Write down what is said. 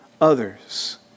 others